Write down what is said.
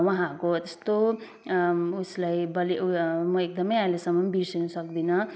उहाँहरूको त्यस्तो उइसलाई बलि म एकदमै अहिलेसम्म बिर्सिनु सक्दिनँ